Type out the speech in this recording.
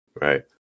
right